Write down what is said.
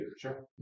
Sure